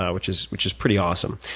which is which is pretty awesome.